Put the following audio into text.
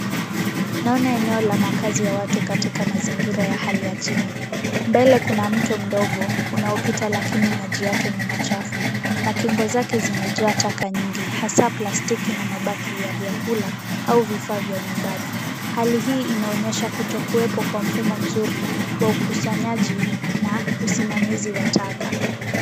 Naona eneo la makaazi ya watu katika mazingira ya hali ya chini, mbele kuna mto mdogo unaopita lakini maji yake ni machafu na kingo zake zimejaa taka nyingi hasa plastiki na mabaki ya vyakula au vifaa vya nyumbani. Hali hii inaonyesha kutokuwepo kwa mfumo mzuri wa ukusanyaji na usimamizi wa taka.